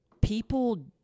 people